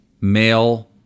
male